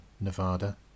Nevada